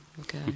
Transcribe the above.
Okay